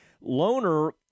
Loner